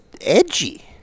edgy